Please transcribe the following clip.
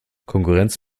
konkurrenz